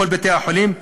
בכל בתי-החולים,